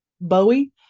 Bowie